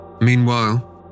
Meanwhile